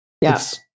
Yes